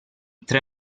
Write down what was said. tre